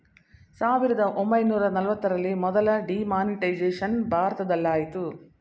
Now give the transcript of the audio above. ಸಾವಿರದ ಒಂಬೈನೂರ ನಲವತ್ತರಲ್ಲಿ ಮೊದಲ ಡಿಮಾನಿಟೈಸೇಷನ್ ಭಾರತದಲಾಯಿತು